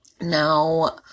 Now